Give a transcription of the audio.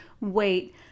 wait